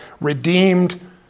redeemed